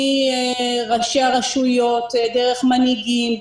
מראשי הרשויות דרך מנהיגים,